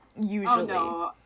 usually